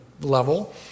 level